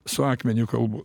su akmeniu kalbu